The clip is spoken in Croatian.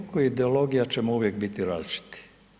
Oko ideologija ćemo uvijek biti različiti.